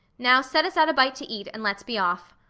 now set us out a bite to eat, and let's be off.